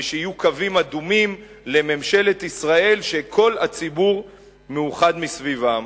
ויהיו קווים אדומים לממשלת ישראל שכל הציבור מאוחד מסביבם.